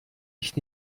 ich